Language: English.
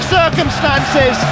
circumstances